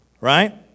Right